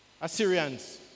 Assyrians